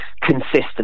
consistent